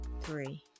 three